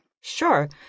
Sure